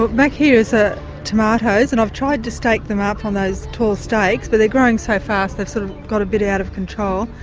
but back here is ah tomatoes and i've tried to stake them up on those tall stakes, but they are growing so fast they've so got a bit out of control.